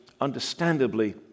understandably